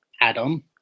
add-on